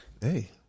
Hey